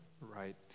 right